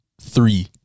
three